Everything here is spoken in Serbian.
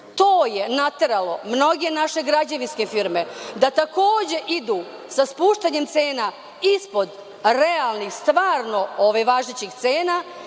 To je nateralo mnoge naše građevinske firme da takođe idu sa spuštanjem cena ispod realnih, stvarno važećih cena